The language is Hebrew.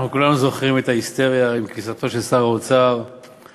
אנחנו כולם זוכרים את ההיסטריה עם כניסתו של שר האוצר לתפקידו,